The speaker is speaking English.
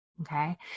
Okay